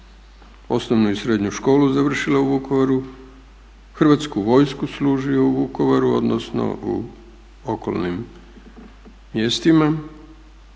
osnovnu i srednju školu završile u Vukovaru, Hrvatsku vojsku služio u Vukovaru, odnosno u okolnim mjestima.